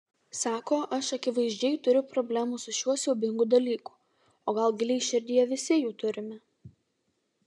sako aš akivaizdžiai turiu problemų su šiuo siaubingu dalyku o gal giliai širdyje visi jų turime